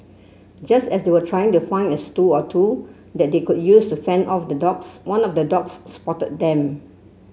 just as they were trying to find a or two that they could use to fend off the dogs one of the dogs spotted them